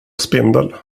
spindel